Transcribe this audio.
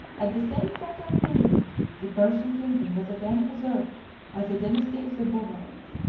at the same fatal period, the persian kingdom was again usurped by the dynasty of the bowides,